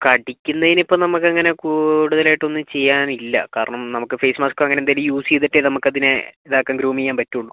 കടിക്കുന്നതിന് ഇപ്പം നമുക്ക് അങ്ങന കൂടുതലായിട്ട് ഒന്നും ചെയ്യാൻ ഇല്ല കാരണം നമുക്ക് ഫേസ് മാസ്ക്കോ അങ്ങനെ എന്തെങ്കിലും യൂസ് ചെയ്തിട്ടേ നമുക്ക് അതിനെ ഇതാക്കാൻ ഗ്രൂം ചെയ്യാൻ പറ്റൂള്ളൂ